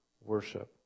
worship